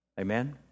Amen